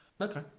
Okay